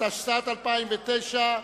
התשס"ט 2009,